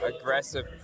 aggressive